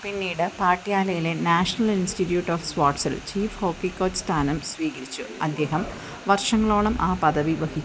പിന്നീട് പാട്യാലയിലെ national institute of സ്പോർട്സിൽ ചീഫ് ഹോക്കി കോച്ച് സ്ഥാനം സ്വീകരിച്ചു അദ്ദേഹം വർഷങ്ങളോളം ആ പദവി വഹിച്ചു